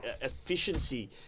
efficiency